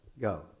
go